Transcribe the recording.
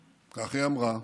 כך היא אמרה,